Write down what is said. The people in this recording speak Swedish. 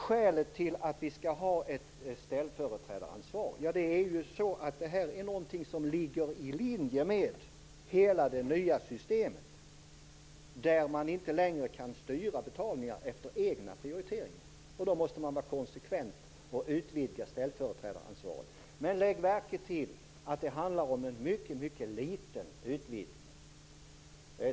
Skälet till att vi skall ha ett ställföreträdaransvar är att det här är någonting som ligger i linje med hela det nya systemet, där man inte längre kan styra betalningar efter egna prioriteringar. Då måste man vara konsekvent och utvidga ställföreträdaransvaret. Men lägg märke till att det handlar om en mycket liten utvidgning.